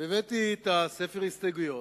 הבאתי את ספר ההסתייגויות,